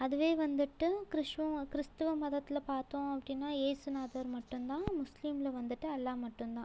அதுவே வந்துவிட்டு கிறிஸ்வம் கிறிஸ்துவ மதத்தில் பார்த்தோம் அப்படின்னா இயேசு நாதர் மட்டும் தான் முஸ்லிம்ல வந்துவிட்டு அல்லா மட்டும் தான்